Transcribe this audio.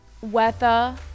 weather